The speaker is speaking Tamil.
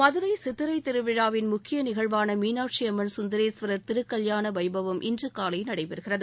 மதுரை சித்திரை திருவிழாவின் முக்கிய நிகழ்வான மீனாட்சி அம்மன் கந்தரேஸ்வரர் திருக்கல்யான வைபவம் இன்று காலை நடைபெறுகிறது